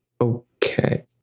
Okay